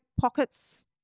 pockets